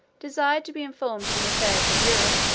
desired to be informed in the affairs of europe,